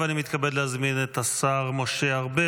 ואני מתכבד להזמין את השר משה ארבל